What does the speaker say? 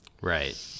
right